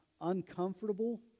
uncomfortable